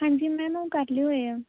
ਹਾਂਜੀ ਮੈਮ ਉਹ ਕਰ ਲਏ ਹੋਏ ਆ